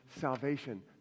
salvation